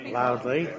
loudly